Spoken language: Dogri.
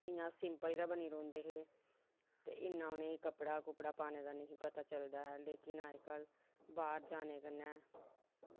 इ'यां सिंपल गै बनी रौंह्दे हे ते इन्ना उ'नेंगी कपड़ा कुपड़ा पाने दा पता निहा चलदा लेकिन अज्जकल बाहर जाने कन्नै